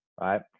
right